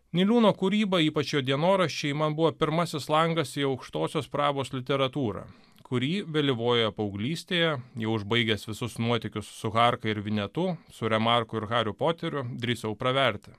niliūno kūryba ypač jo dienoraščiai man buvo pirmasis langas į aukštosios prabos literatūrą kurį vėlyvojoje paauglystėje jau užbaigęs visus nuotykius su harka ir vinetu su remarku ir hariu poteriu drįsau praverti